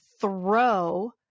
throw